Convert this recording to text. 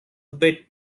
bit